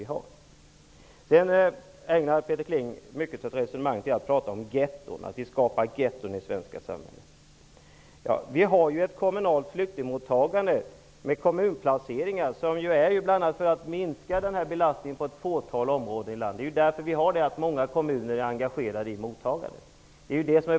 Peter Kling ägnar mycket av sitt resonemang åt getton. Han säger att vi skapar getton i det svenska samhället. Vi har ett kommunalt flyktingmottagande, med kommunplaceringar, bl.a. för att minska belastningen på ett fåtal områden i landet. Det är bakgrunden till att många kommuner är engagerade i mottagandet.